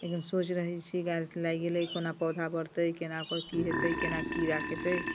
एकदम सोचि रहै छी गाछ लागि गेलै कोना पौधा बढ़तै केना ओकर की हेतै केना कीड़ा खेतै